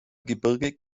gebirge